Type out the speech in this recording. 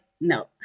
no